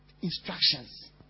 instructions